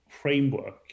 framework